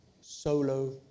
solo